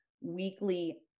weekly